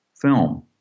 film